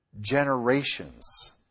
Generations